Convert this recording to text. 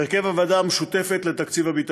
בהרכב הוועדה המשותפת לתקציב הביטחון.